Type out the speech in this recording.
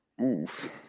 Oof